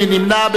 מי נמנע?